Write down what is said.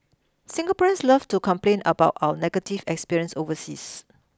Singaporeans love to complain about our negative experience overseas